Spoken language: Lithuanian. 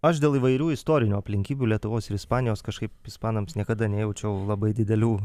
aš dėl įvairių istorinių aplinkybių lietuvos ir ispanijos kažkaip ispanams niekada nejaučiau labai didelių